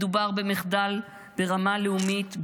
מדובר במחדל ברמה לאומית,